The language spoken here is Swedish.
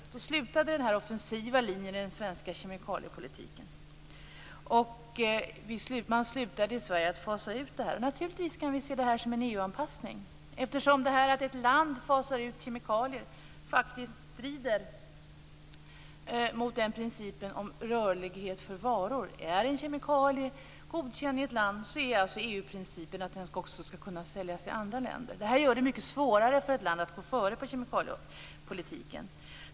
Då slutade man med den offensiva linjen i den svenska kemikaliepolitiken. Man slutade också att fasa ut kemikalier. Naturligtvis kan vi se det här som en EU-anpassning. Detta med att ett land fasar ut kemikalier strider ju faktiskt mot principen om rörlighet för varor. Om en kemikalie är godkänd i ett land är EU-principen att kemikalien också skall kunna säljas i andra länder. Detta gör att det blir mycket svårare för ett land att gå före i kemikaliepolitiken.